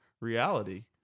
reality